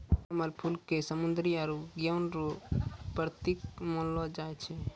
कमल फूल के समृद्धि आरु ज्ञान रो प्रतिक मानलो जाय छै